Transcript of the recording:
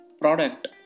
product